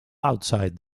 outside